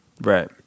right